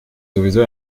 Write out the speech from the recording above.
sowieso